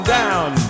down